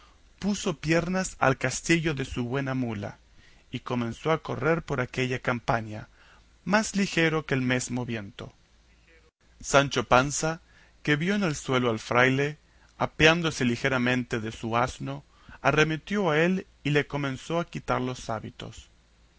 puso piernas al castillo de su buena mula y comenzó a correr por aquella campaña más ligero que el mesmo viento sancho panza que vio en el suelo al fraile apeándose ligeramente de su asno arremetió a él y le comenzó a quitar los hábitos